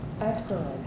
Excellent